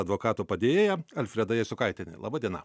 advokato padėjėja alfreda jasiukaitienė laba diena